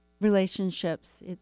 relationships